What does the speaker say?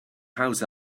house